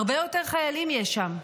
הרבה יותר חיילים יש שם.